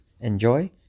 Enjoy